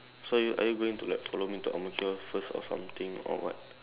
so are you are you going to like follow me to Ang-Mo-Kio first or something or what